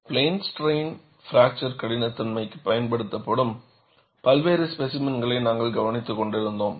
plane strain fracture கடினத்தன்மைக்கு பயன்படுத்தப்படும் பல்வேறு ஸ்பேசிமென்களை நாங்கள் கவனித்துக் கொண்டிருந்தோம்